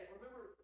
Remember